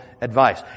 advice